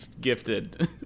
gifted